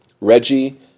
Reggie